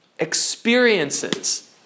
experiences